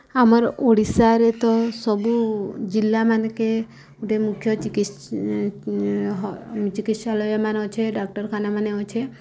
ଆମର ଓଡ଼ିଶାରେ ତ ସବୁ ଜିଲ୍ଲାମାନ୍କେ ଗୁଟେ ମୁଖ୍ୟ ଚିକିତ୍ସାଳୟମାନେ ଅଛେ ଡାକ୍ତରଖାନାମାନେ ଅଛେ